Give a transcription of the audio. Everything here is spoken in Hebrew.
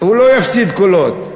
הוא לא יפסיד קולות.